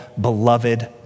beloved